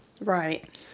Right